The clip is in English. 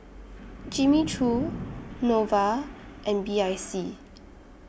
Jimmy Choo Nova and B I C